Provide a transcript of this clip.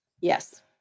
Yes